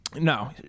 No